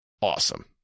awesome